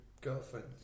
girlfriend